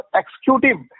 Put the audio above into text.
executive